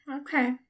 okay